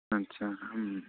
आदसा